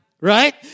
right